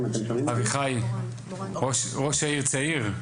אביחי ראש העיר צעיר.